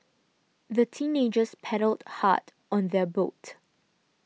the teenagers paddled hard on their boat